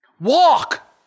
Walk